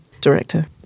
director